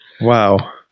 Wow